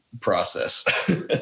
process